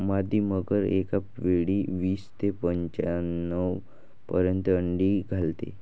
मादी मगर एकावेळी वीस ते पंच्याण्णव पर्यंत अंडी घालते